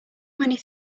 many